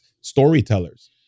storytellers